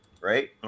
Right